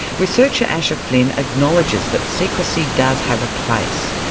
researcher asher flynn acknowledges that secrecy does have a place,